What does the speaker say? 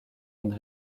une